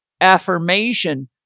affirmation